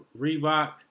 Reebok